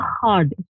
hard